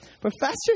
Professors